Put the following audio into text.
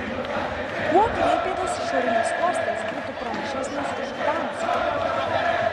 kuo klaipėdos išorinis uostas būtų pranašesnis už gdansko